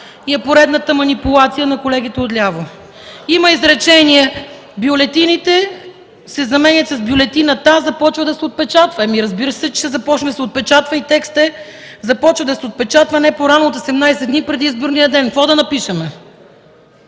е поредната манипулация на колегите отляво. Има изречение: „Бюлетините” се заменя с „Бюлетината” започва да се отпечатва – разбира се, че ще започне да се отпечатва. Текстът е: „Започва да се отпечатва не по-рано от 18 дни преди изборния ден”. Какво да напишем?